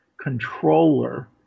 controller